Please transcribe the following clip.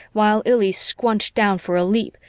while illy squunched down for a leap,